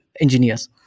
engineers